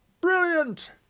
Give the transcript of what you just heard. brilliant